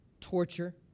torture